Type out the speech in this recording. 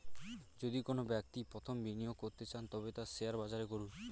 যদি কোনো ব্যক্তি প্রথম বিনিয়োগ করতে চান তবে তা শেয়ার বাজারে করুন